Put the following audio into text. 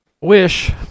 Wish